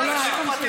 לא, לא, אל תמשיך.